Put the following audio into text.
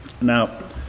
Now